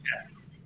Yes